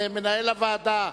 מנהל הוועדה,